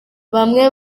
bamwe